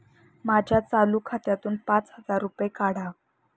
माझ्या चालू खात्यातून पाच हजार रुपये काढा